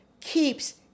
keeps